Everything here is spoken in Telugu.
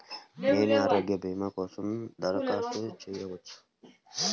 నేను ఆరోగ్య భీమా కోసం దరఖాస్తు చేయవచ్చా?